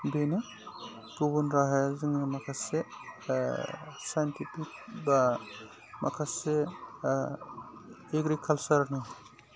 बेनो गुबुन राहाया जोङो माखासे साइन्टिफिक बा माखासे एग्रिकालचारनि